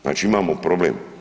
Znači imamo problem.